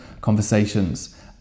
conversations